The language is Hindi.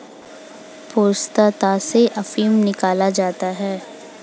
पोस्ता से अफीम निकाला जाता है